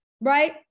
right